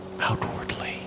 outwardly